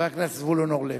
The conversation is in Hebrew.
חבר הכנסת זבולון אורלב.